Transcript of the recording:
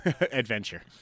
Adventure